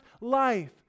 life